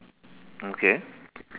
okay